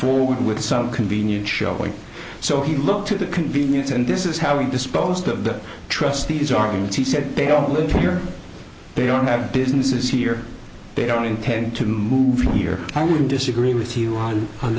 forward with some convenient showing so he looked to the convenience and this is how we disposed of the trust these arguments he said pay off live here they don't have businesses here they don't intend to move here i would disagree with you on on